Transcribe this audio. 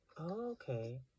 Okay